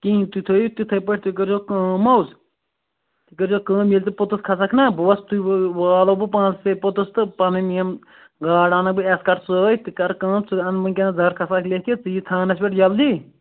کِہیٖنۍ تُہۍ تھٲوِو تِتھَے پٲٹھۍ تُہۍ کٔرۍزیٚو کٲم حظ تُہۍ کٔرۍزیٚو کٲم ییٚلہِ ژٕ پوٚتُس کھسکھ نا بہٕ وسہٕ تُہۍ والہو بہٕ پانسٕے سۭتۍ پوٚتُس تہٕ پنٕنۍ یِم گارڈ اَنکھ بہٕ اٮ۪س کَر سۭتۍ ژٕ کَر کٲم ژٕ اَن وُنکٮ۪نس درخاس اکھ لیٚکھِتھ ژٕ یہِ تھانس پٮ۪ٹھ جلدی